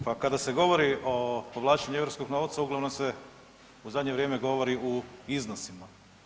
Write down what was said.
Pa kada se govori o povlačenju europskog novca uglavnom se u zadnje vrijeme govori u iznosima.